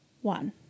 one